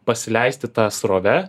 pasileisti ta srove